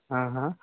हाँ हाँ